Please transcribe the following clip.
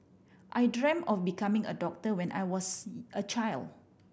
I dreamt of becoming a doctor when I was a child